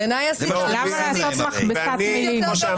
למה לעשות מכבסת מילים?